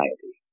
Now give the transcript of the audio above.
society